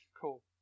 Cool